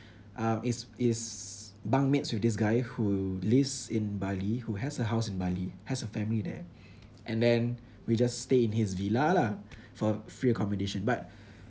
uh is is bunkmates with this guy who lives in Bali who has a house in Bali has a family there and then we just stay in his villa lah for free accommodation but